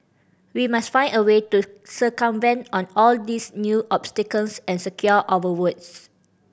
we must find a way to circumvent on all these new obstacles and secure our votes